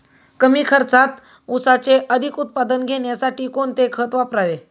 कमी खर्चात ऊसाचे अधिक उत्पादन घेण्यासाठी कोणते खत वापरावे?